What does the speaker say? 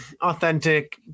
authentic